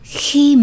khi